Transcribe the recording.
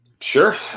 Sure